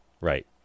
Right